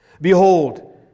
Behold